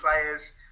players